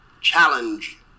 challenge